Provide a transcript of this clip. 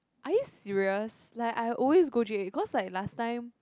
are you serious like I always go J eight cause like last time